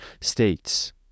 states